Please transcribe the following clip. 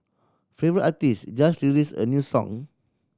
favourite artist just released a new song